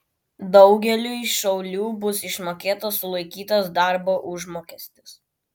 daugeliui šaulių bus išmokėtas sulaikytas darbo užmokestis